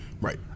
Right